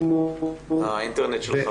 שיקבע --- האינטרנט שלך פשוט לא עובד.